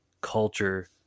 culture